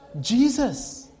Jesus